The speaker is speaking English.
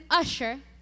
usher